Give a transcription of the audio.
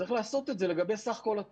צריך לעשות את זה לגבי כל סך התנועה.